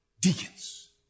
deacons